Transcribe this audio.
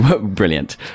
brilliant